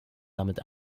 damit